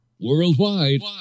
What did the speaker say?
worldwide